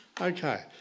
Okay